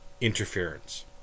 interference